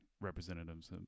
representatives